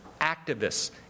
activists